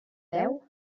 veu